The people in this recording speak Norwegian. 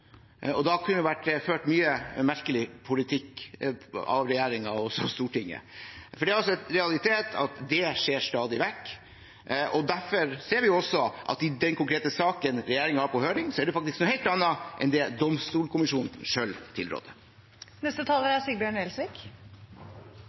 Da kunne det vært ført mye merkelig politikk av regjeringen, og også av Stortinget. For det er altså en realitet at det skjer stadig vekk. Derfor ser vi også at i den konkrete saken regjeringen har på høring, er det faktisk noe helt annet enn det Domstolkommisjonen